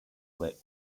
lip